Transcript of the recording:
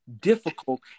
difficult